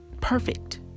perfect